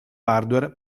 hardware